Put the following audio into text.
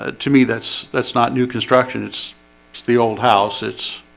ah to me that's that's not new construction. it's it's the old house. it's